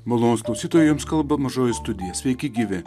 malonūs klausytojai jums kalba mažoji studija sveiki gyvi